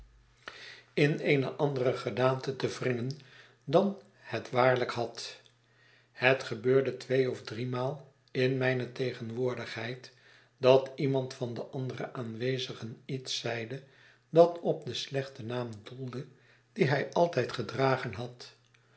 in eene andere gedaante te wringen dan het waarlijk had het gebeurde twee of driemaal in mijne tegenwoordigheid dat iemand van de andere aanwezigen iets zeide dat op den slechten naam doelde dien hij altijd gedragen had